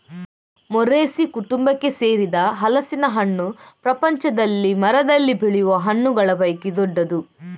Moraceae ಕುಟುಂಬಕ್ಕೆ ಸೇರಿದ ಹಲಸಿನ ಹಣ್ಣು ಪ್ರಪಂಚದಲ್ಲಿ ಮರದಲ್ಲಿ ಬೆಳೆಯುವ ಹಣ್ಣುಗಳ ಪೈಕಿ ದೊಡ್ಡದು